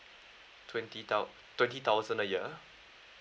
twenty thou~ twenty thousand a year